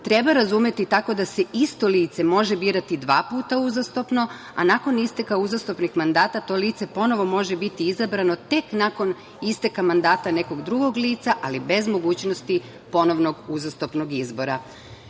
treba razumeti tako da se isto lice može birati dva puta uzastopno, a nakon isteka uzastopnih mandata to lice ponovo može biti izabrano tek nakon isteka mandata nekog drugo lica, ali bez mogućnosti ponovnog uzastopnog izbora“.Kako